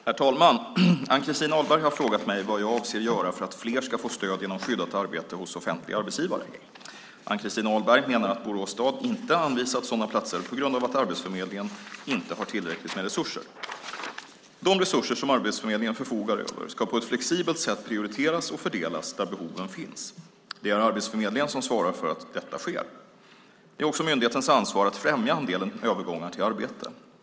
Herr talman! Ann-Christin Ahlberg har frågat mig vad jag avser att göra för att fler ska få stöd genom skyddat arbete hos offentliga arbetsgivare. Ann-Christin Ahlberg menar att Borås stad inte har anvisats sådana platser på grund av att Arbetsförmedlingen inte har tillräckligt med resurser. De resurser som Arbetsförmedlingen förfogar över ska på ett flexibelt sätt prioriteras och fördelas där behoven finns. Det är Arbetsförmedlingen som svarar för att detta sker. Det är också myndighetens ansvar att främja andelen övergångar till arbete.